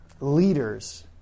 leaders